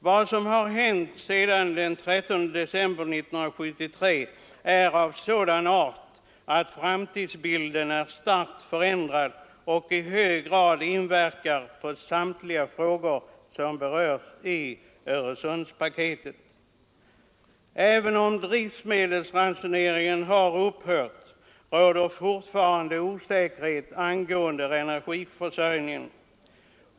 Vad som hänt sedan den 13 december 1973 är av sådan art att framtidsbilden är starkt förändrad och i hög grad inverkar på samtliga frågor som berörs i Öresundspaketet. Även om drivmedelsransoneringen har upphört råder fortfarande osäkerhet angående energiförsörjningen.